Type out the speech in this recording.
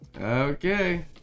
Okay